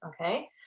Okay